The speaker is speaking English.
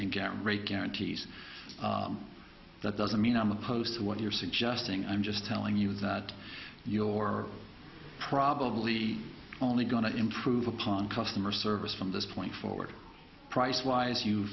and get rate guarantees that doesn't mean i'm opposed to what you're suggesting i'm just telling you that your probably only going to improve upon customer service from this point forward price wise you